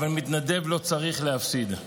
אבל מתנדב לא צריך להפסיד.